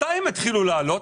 מתי זה התחיל לעלות?